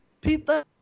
people